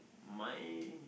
my